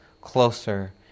closer